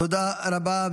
תודה רבה.